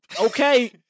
Okay